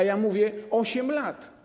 A ja mówię: 8 lat.